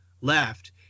left